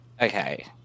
Okay